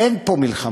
אין פה מלחמות.